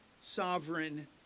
sovereign